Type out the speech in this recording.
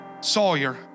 Sawyer